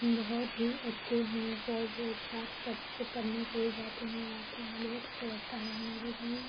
بہت ہی اچھے ہیں سب ایک ساتھ پڑھتے پڑھنے کے لیے جاتے ہیں آتے ہیں بہت اچھا لگتا ہے ہمارے گاؤں